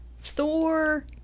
Thor